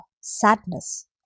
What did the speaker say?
sadness